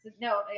No